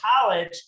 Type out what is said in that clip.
college